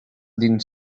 dins